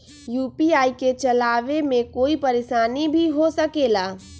UPI के चलावे मे कोई परेशानी भी हो सकेला?